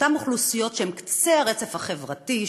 לאותן אוכלוסיות שהן קצה הרצף החברתי,